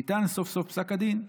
ניתן סוף-סוף פסק הדין בבג"ץ.